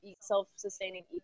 self-sustaining